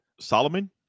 Solomon